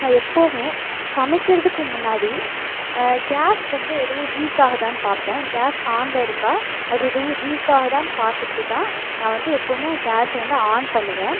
நான் எப்போவுமே சமைக்கிறதுக்கு முன்னாடி கேஸ் வந்து எதுவும் லீக் ஆகுதானு பார்ப்பேன் கேஸ் ஆனில் இருக்கா அது எதுவும் லீக் ஆகுதானு பார்த்துட்டு தான் நான் வந்து எப்போவுமே கேஸை வந்து ஆன் பண்ணுவேன்